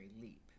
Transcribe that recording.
leap